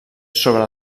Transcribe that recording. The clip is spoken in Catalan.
sobre